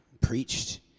preached